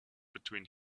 between